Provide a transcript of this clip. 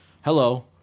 Hello